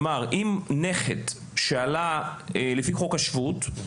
כלומר, אם נכד שעלה לפי חוק השבות,